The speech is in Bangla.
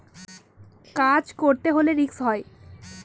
কাজ করতে হলে রিস্ক হয়